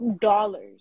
dollars